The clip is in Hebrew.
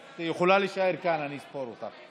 את יכולה להישאר כאן אני ספור אותך,